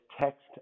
text